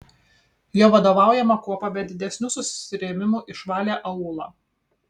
jo vadovaujama kuopa be didesnių susirėmimų išvalė aūlą